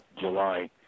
July